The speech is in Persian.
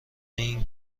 این